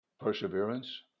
perseverance